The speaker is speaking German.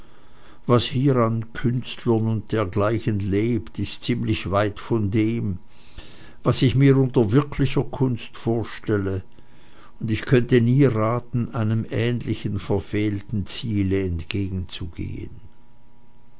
was hier an künstlern und dergleichen lebt ist ziemlich entfernt von dem was ich mir unter wirklicher kunst vorstelle und ich könnte nie raten einem ähnlichen verfehlten ziele